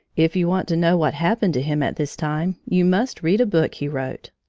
if you want to know what happened to him at this time you must read a book he wrote,